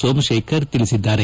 ಸೋಮಶೇಖರ್ ತಿಳಿಸಿದ್ದಾರೆ